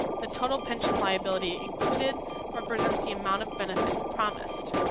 the total pension liability included represents the amount of benefits promised.